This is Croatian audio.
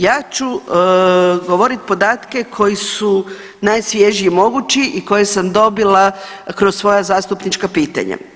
Ja ću govorit podatke koji su najsvježiji mogući i koje sam dobila kroz svoja zastupnička pitanja.